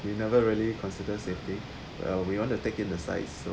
you never really consider safety well we want to take in the sights so